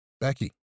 Becky